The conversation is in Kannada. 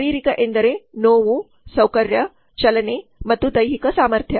ಶಾರೀರಿಕ ಎಂದರೆ ನೋವು ಸೌಕರ್ಯ ಚಲನೆ ಮತ್ತು ದೈಹಿಕ ಸಾಮರ್ಥ್ಯ